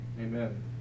Amen